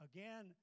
Again